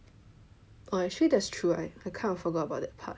oh actually that's true I I kind of forgot about that part